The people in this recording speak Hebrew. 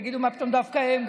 יגידו: מה פתאום דווקא הם?